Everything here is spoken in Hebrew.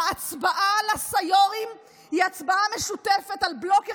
ההצבעה לסיו"רים היא הצבעה משותפת על בלוק אחד,